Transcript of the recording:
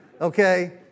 Okay